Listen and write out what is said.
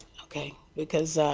okay. because,